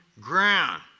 ground